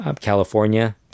California